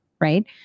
right